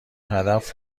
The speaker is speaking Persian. هدف